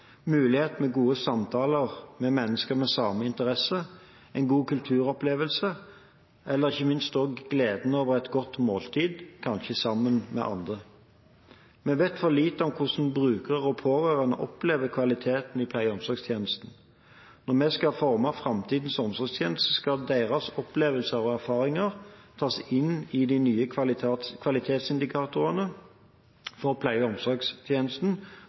gode samtaler med mennesker med samme interesser, en god kulturopplevelse eller – ikke minst – gleden over et godt måltid, kanskje sammen med andre. Vi vet for lite om hvordan brukere og pårørende opplever kvaliteten i pleie- og omsorgstjenesten. Når vi skal forme framtidens omsorgstjeneste, skal deres opplevelser og erfaringer tas inn i de nye kvalitetsindikatorene for pleie- og omsorgstjenesten